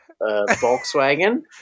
Volkswagen